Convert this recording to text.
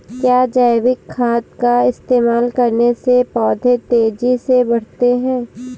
क्या जैविक खाद का इस्तेमाल करने से पौधे तेजी से बढ़ते हैं?